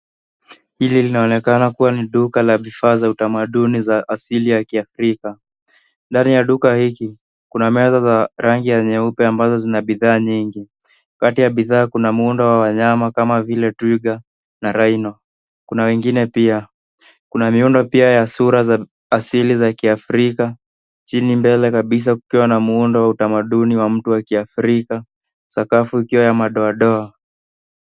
Hili linaonekana kuwa ni duka la vifaa za utamaduni za asili ya kiafrika. Ndani ya duka hiki, kuna meza za rangi ya nyeupe ambazo zina bidhaa nyingi. Kati ya bidhaa kuna muundo wa wanyama kama vile, twiga na rhino . Kuna wengine pia. Kuna miundo pia ya sura za asili za kiafrika. Chini mbele kabisa kukiwa na muundo wa kitamaduni wa mtu wa kiafrika, sakafu ikiwa ya madoadoa.